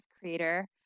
creator